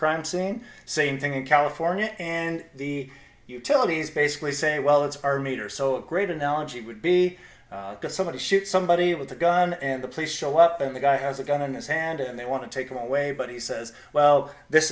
crime scene same thing in california and the utilities basically say well it's our meter so a great analogy would be somebody shoot somebody with a gun and the police show up and the guy has a gun in his hand and they want to take him away but he says well this